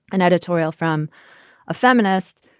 an editorial from a feminist,